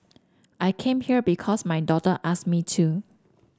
I came here because my daughter asked me to